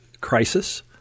crisis